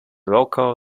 local